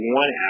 one